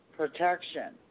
protection